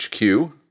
HQ